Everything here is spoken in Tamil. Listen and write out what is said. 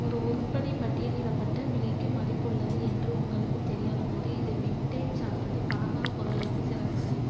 ஒரு உருப்படி பட்டியலிடப்பட்ட விலைக்கு மதிப்புள்ளது என்று உங்களுக்குத் தெரியாதபோது இது விண்டேஜ் அல்லது பழங்கால பொருளுகளுக்கு சிறந்தது